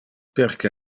perque